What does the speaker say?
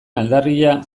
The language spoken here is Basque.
aldarria